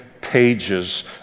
pages